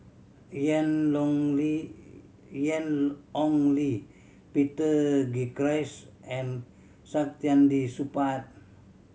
Ian Long Li Ian Ong Li Peter Gilchrist and Saktiandi Supaat